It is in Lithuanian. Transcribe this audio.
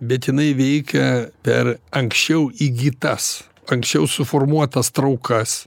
bet jinai veikia per anksčiau įgytas anksčiau suformuotas traukas